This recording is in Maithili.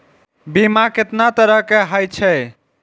बीमा केतना तरह के हाई छै?